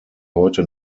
heute